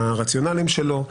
מה הרציונלים שלו,